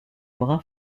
brun